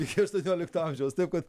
iki aštuonuolikto amžiaus taip kad